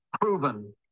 proven